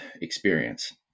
experience